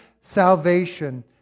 salvation